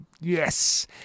yes